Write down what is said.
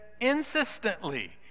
insistently